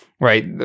Right